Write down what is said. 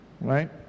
Right